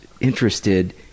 interested